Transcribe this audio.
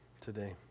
today